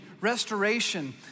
restoration